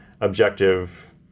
objective